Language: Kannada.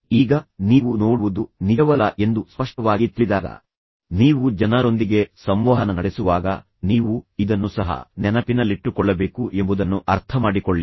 ಈಗ ನೀವು ನೋಡುವುದು ನಿಜವಲ್ಲ ಎಂದು ನೀವು ಸ್ಪಷ್ಟವಾಗಿ ತಿಳಿದಾಗ ನೀವು ಜನರೊಂದಿಗೆ ಸಂವಹನ ನಡೆಸುವಾಗ ನೀವು ಇದನ್ನು ಸಹ ನೆನಪಿನಲ್ಲಿಟ್ಟುಕೊಳ್ಳಬೇಕು ಎಂಬುದನ್ನು ಅರ್ಥಮಾಡಿಕೊಳ್ಳಿ